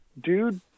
dude